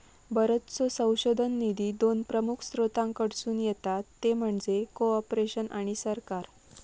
बरोचसो संशोधन निधी दोन प्रमुख स्त्रोतांकडसून येता ते म्हणजे कॉर्पोरेशन आणि सरकार